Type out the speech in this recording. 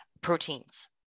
proteins